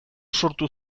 sortu